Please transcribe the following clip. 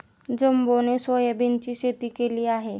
जंबोने सोयाबीनची शेती केली आहे